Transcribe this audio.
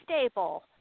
stable